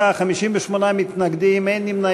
חברי הכנסת, בעד, 35, 58 מתנגדים, אין נמנעים.